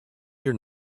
your